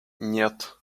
нет